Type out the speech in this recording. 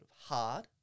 hard